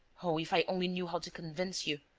oh, if i only knew how to convince you!